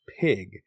pig